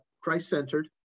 Christ-centered